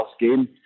game